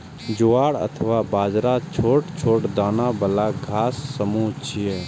ज्वार अथवा बाजरा छोट छोट दाना बला घासक समूह छियै